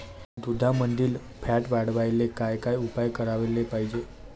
दुधामंदील फॅट वाढवायले काय काय उपाय करायले पाहिजे?